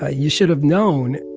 ah you should have known,